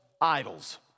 idols